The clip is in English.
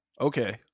Okay